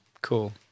Cool